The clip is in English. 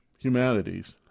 Humanities